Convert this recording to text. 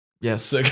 yes